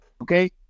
Okay